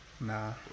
Nah